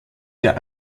der